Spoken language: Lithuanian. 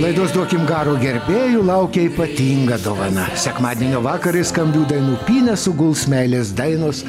laidos duokim garo gerbėjų laukia ypatinga dovana sekmadienio vakarą į skambių dainų pynę suguls meilės dainos